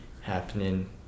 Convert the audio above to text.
happening